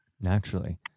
Naturally